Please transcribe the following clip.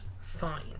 fine